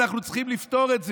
אנחנו צריכים לפתור את זה.